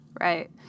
Right